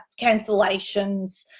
cancellations